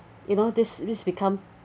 you know this this become